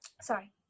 sorry